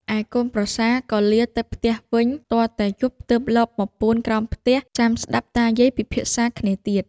ឯកូនប្រសាក៏លាទៅផ្ទះវិញ ទាល់តែយប់ទើបលបមកពួនក្រោមផ្ទះចាំស្តាប់តាយាយពិភាក្សាគ្នាទៀត។